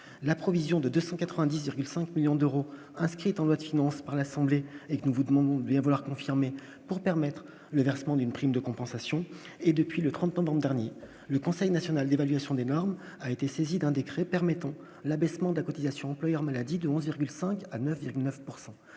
la provision de 200 99 1000 5 millions d'euros inscrit dans votre finance par l'Assemblée et que nous vous demandons avoir confirmé pour permettre le versement d'une prime de compensation et depuis le 30 ans dans le dernier, le Conseil national d'évaluation des normes a été saisie d'un décret permettant l'abaissement des cotisations employeurs maladie de 11,5 à 9,9